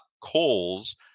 coals